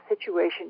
situation